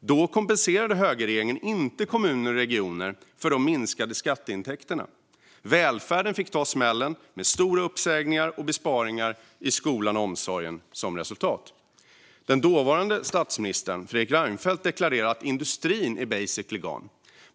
Då kompenserade högerregeringen inte kommuner och regioner för de minskade skatteintäkterna. Välfärden fick ta smällen med stora uppsägningar och besparingar i skolan och omsorgen som resultat. Den dåvarande statsministern Fredrik Reinfeldt deklarerade att industrin var "basically gone".